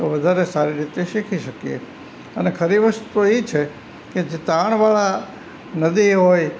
તો વધારે સારી રીતે શીખી શકીએ અને ખરી વસ્તુ એ છે કે જે તાણવાળા નદી હોય